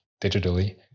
digitally